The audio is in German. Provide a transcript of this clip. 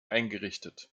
eingerichtet